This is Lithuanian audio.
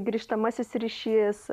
grįžtamasis ryšys